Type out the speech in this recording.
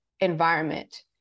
Environment